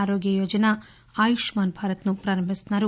ఆరోగ్య యోజన ఆయుష్మాన్ భారత్ను ప్రారంభించారు